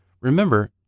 Remember